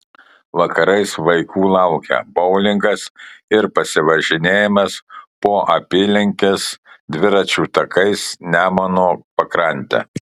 vakarais vaikų laukia boulingas ir pasivažinėjimas po apylinkes dviračių takais nemuno pakrante